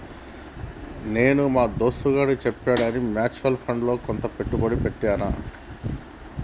నేను మా దోస్తుగాడు చెప్పాడని మ్యూచువల్ ఫండ్స్ లో కొంత పెట్టుబడి పెట్టిన